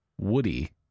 Woody